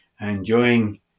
enjoying